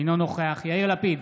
אינו נוכח יאיר לפיד,